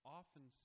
often